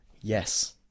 Yes